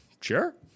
sure